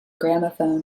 gramophone